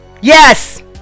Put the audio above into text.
Yes